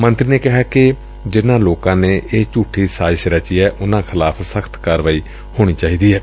ਮੰਤਰੀ ਨੇ ਕਿਹੈ ਕਿ ਜਿਨ੍ਹਾਂ ਲੋਕਾਂ ਨੇ ਇਹ ਝੁਠੀ ਸਾਜਿਸ਼ ਰਚੀ ਏ ਉਨ੍ਹਾਂ ਖਿਲਾਫ਼ ਸਖ਼ਤ ਕਾਰਵਾਈ ਹੋਣੀ ਚਾਹੀਦੀ ਏ